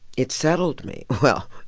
it settled me. well,